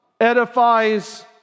edifies